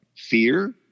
Fear